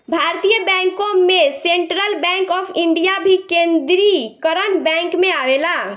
भारतीय बैंकों में सेंट्रल बैंक ऑफ इंडिया भी केन्द्रीकरण बैंक में आवेला